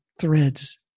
threads